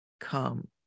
come